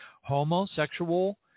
homosexual